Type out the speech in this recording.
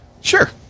Sure